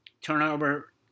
Turnover